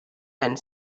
and